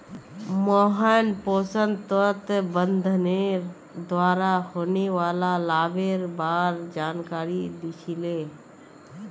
मोहन पोषण तत्व प्रबंधनेर द्वारा होने वाला लाभेर बार जानकारी दी छि ले